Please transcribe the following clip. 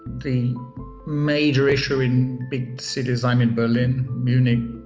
the major issue in big cities i'm in berlin, munich,